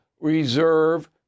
reserve